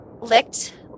licked